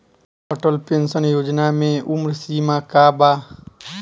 Atal pension योजना मे उम्र सीमा का बा?